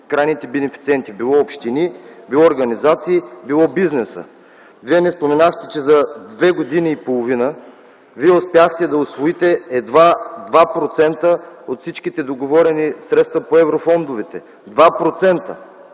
крайните бенефициенти – било общини, било организации, било бизнес. Не споменахте, че за две години и половина вие успяхте да усвоите едва 2% от всички договорени средства по еврофондовете. Два